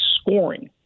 scoring